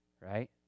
right